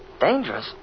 Dangerous